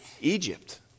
Egypt